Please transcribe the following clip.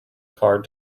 car